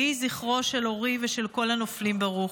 יהי זכרם של אורי ושל כל הנופלים ברוך.